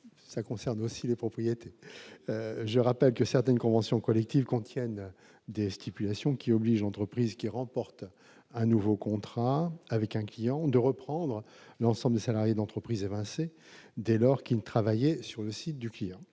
le domaine de la propreté. Je rappelle que certaines conventions collectives contiennent des stipulations obligeant l'entreprise qui remporte un nouveau contrat avec un client à reprendre l'ensemble des salariés de l'entreprise évincée, dès lors qu'ils travaillaient sur le site du client.